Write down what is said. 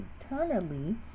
eternally